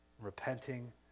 repenting